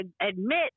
admit